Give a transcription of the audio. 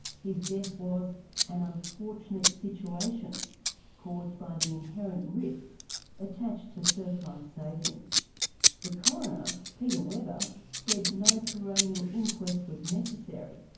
his death was an unfortunate situation caused by the inherent risks attached to surf lifesaving. the coroner, peter webber, said no coronial inquest was necessary.